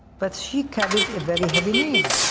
but she carries a very heavy name.